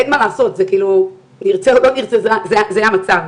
אין מה לעשות, נרצה או לא נרצה זה המצב.